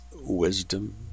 wisdom